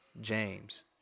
James